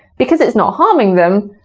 because it's not harming them,